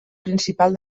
principal